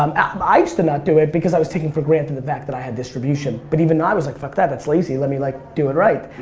um i used to not do it because i was taking for granted the fact that i had distribution but even i was like fuck that, that's lazy. let me like do it right.